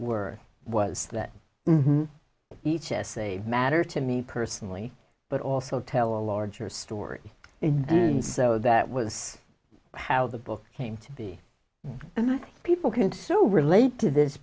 were was that each essay matter to me personally but also tell a larger story and so that was how the book came to be and i think people can so relate to this